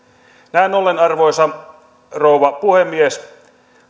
näin ollen arvoisa rouva puhemies